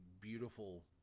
beautiful